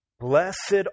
Blessed